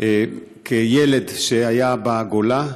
כילד שהיה בגולה,